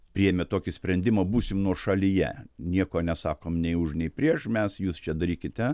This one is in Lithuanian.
priėmė tokį sprendimą būsim nuošalyje nieko nesakom nei už nei prieš mes jūs čia darykite